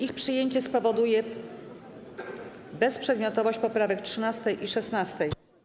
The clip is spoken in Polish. Ich przyjęcie spowoduje bezprzedmiotowość poprawek 13. i 16.